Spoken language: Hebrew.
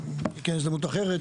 כי אין הזדמנות אחרת,